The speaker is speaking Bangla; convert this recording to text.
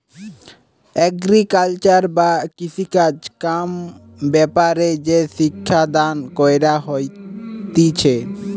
এগ্রিকালচার বা কৃষিকাজ কাম ব্যাপারে যে শিক্ষা দান কইরা হতিছে